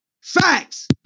Facts